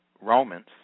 Romans